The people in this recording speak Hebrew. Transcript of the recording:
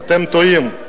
אתם טועים,